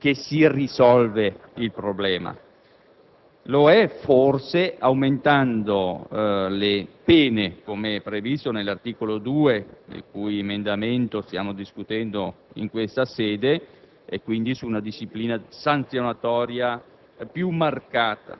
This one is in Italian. poco senso, tutelando o incentivando la reazione a questo tipo di sfruttamento (come era previsto con il permesso di soggiorno, che invece nel testo proposto dalle Commissioni riunite non lo è più), non si risolve il problema.